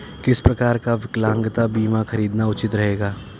किस प्रकार का विकलांगता बीमा खरीदना उचित रहेगा?